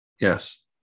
Yes